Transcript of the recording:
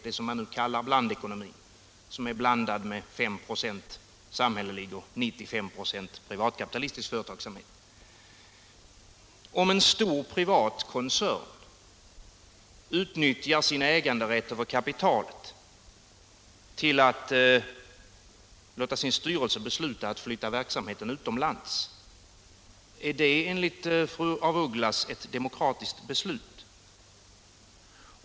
Det som man nu kallar blandekonomi är ju en ekonomi som är blandad av 5 96 samhällelig och 95 KH privatkapitalistisk företagsamhet! Om en stor privatkoncern utnyttjar sina ägarrätter och kapitalet till att låta sin styrelse besluta att flytta verksamheten utomlands, är det då enligt fru af Ugglas ett demokratiskt beslut?